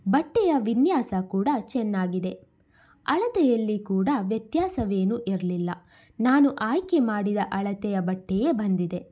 ಬಟ್ಟೆಯ ವಿನ್ಯಾಸ ಕೂಡ ಚೆನ್ನಾಗಿದೆ ಅಳತೆಯಲ್ಲಿ ಕೂಡ ವ್ಯತ್ಯಾಸವೇನೂ ಇರಲಿಲ್ಲ ನಾನು ಆಯ್ಕೆ ಮಾಡಿದ ಅಳತೆಯ ಬಟ್ಟೆಯೇ ಬಂದಿದೆ